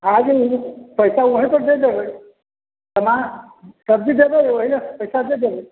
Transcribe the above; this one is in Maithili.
आ जाउ पैसा वहींँ पऽर दय देबै सामान सब्जी देबै ओहिठाम पैसा दय देबै